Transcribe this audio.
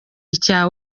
icya